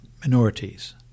minorities